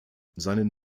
seinen